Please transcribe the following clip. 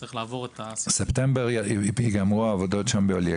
צריך לעבור את ה- -- ספטמבר ייגמרו העבודות שם באליקים.